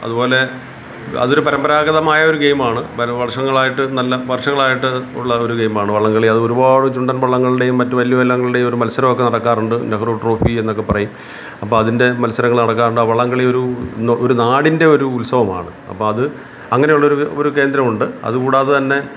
അതുപോലെ അതൊരു പരമ്പരാഗതമായൊരു ഗെയിമാണ് വന് വർഷങ്ങളായിട്ട് നല്ല വർഷങ്ങളായിട്ട് ഉള്ള ഒരു ഗെയിമാണ് വള്ളംകളി അതൊരുപാട് ചുണ്ടൻവള്ളങ്ങളുടെയും മറ്റ് വലിയ വല്ലങ്ങളുടെയും ഒരു മത്സരമൊക്കെ നടക്കാറുണ്ട് നെഹ്റൂ ട്രോഫി എന്നൊക്കെ പറയും അപ്പോള് അതിന്റെ മത്സരങ്ങള് നടക്കാറുണ്ട് ആ വള്ളംകളി ഒരൂ നാടിന്റെ ഒരു ഉത്സവമാണ് അപ്പോള് അത് അങ്ങനെയുള്ളൊരു ഒരു ഒരു കേന്ദ്രമുണ്ട് അതുകൂടാതെതന്നെ